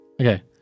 Okay